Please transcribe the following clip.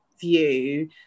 view